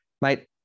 mate